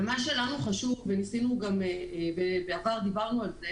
מה שלנו חשוב ובעבר דיברנו עליו,